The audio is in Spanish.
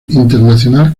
internacional